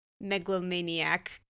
megalomaniac